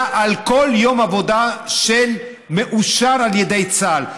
על כל יום עבודה שמאושר על ידי צה"ל.